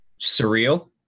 surreal